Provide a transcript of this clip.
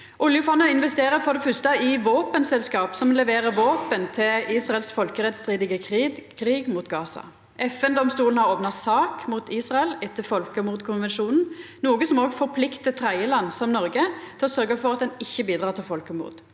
Oljefondet investerer for det fyrste i våpenselskap som leverer våpen til Israels folkerettsstridige krig mot Gaza. FN-domstolen har opna sak mot Israel etter folkemordkonvensjonen, noko som òg forpliktar tredjeland som Noreg til å sørgja for at ein ikkje bidreg til folkemord.